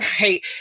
right